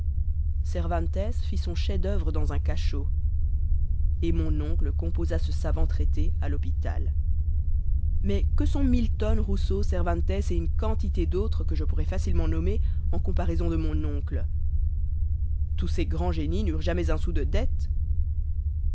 cervantes fit son chef-d'oeuvre dans un cachot et mon oncle composa ce savant traité à l'hôpital mais que sont milton rousseau cervantes et une quantité d'autres que je pourrais facilement nommer en comparaison de mon oncle tous ces grands génies n'eurent jamais un sou de dettes